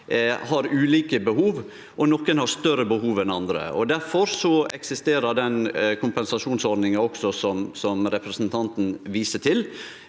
har ulike behov, og nokre har større behov enn andre. Difor eksisterer den kompensasjonsordninga som representanten viste til.